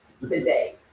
Today